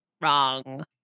wrong